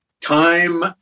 time